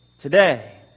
today